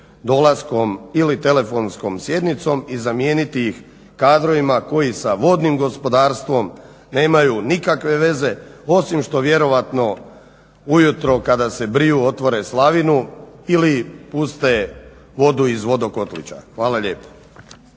dolaskom ili telefonskom sjednicom i zamijeniti ih kadrovima koji sa vodnim gospodarstvom nemaju nikakve veze osim što vjerojatno ujutro kada se briju otvore slavinu ili puste vodu iz vodo kotlića. Hvala lijepo.